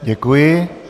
Děkuji.